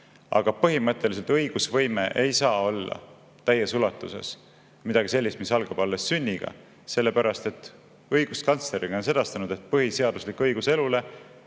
Aga põhimõtteliselt õigusvõime ei saa olla täies ulatuses midagi sellist, mis algab alles sünniga, sellepärast et õiguskantslergi on sedastanud, et põhiseaduslik õigus elule